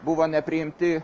buvo nepriimti